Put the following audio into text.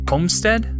Homestead